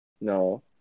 No